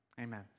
amen